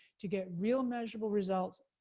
to get real measurable results,